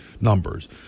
numbers